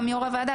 יו"ר הוועדה,